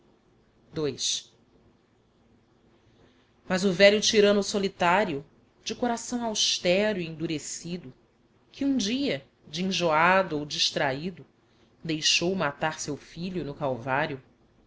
ii mas o velho tyranno solitario de coração austero e endurecido que um dia de enjoado ou distrahido deixou matar seu filho no calvario